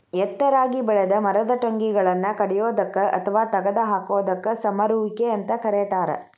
ಎತ್ತರಾಗಿ ಬೆಳೆದ ಮರದ ಟೊಂಗಿಗಳನ್ನ ಕಡಿಯೋದಕ್ಕ ಅತ್ವಾ ತಗದ ಹಾಕೋದಕ್ಕ ಸಮರುವಿಕೆ ಅಂತ ಕರೇತಾರ